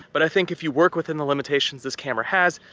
but, i think if you work within the limitations this camera has,